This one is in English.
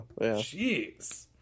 Jeez